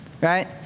Right